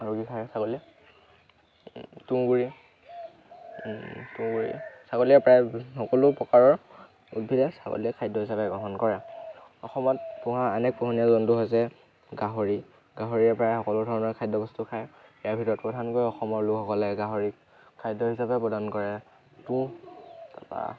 আৰু কি খায় ছাগলীয়ে তুঁহ গুৰি তুঁহ গুৰি ছাগলীয়ে প্ৰায় সকলো প্ৰকাৰৰ উদ্ভিদে ছাগলীয়ে খাদ্য হিচাপে গ্ৰহণ কৰে অসমত পোহা আন এক পোহনীয়া জন্তু হৈছে গাহৰি গাহৰিয়ে প্ৰায় সকলো ধৰণৰ খাদ্য বস্তু খায় ইয়াৰ ভিতৰত প্ৰধানকৈ অসমৰ লোকসকলে গাহৰিক খাদ্য হিচাপে প্ৰদান কৰে তুঁহ তাৰপৰা